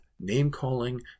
name-calling